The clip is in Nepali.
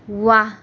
वाह